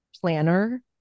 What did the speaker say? planner